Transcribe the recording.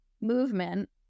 movement